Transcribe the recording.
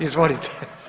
Izvolite.